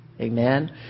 Amen